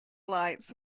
lights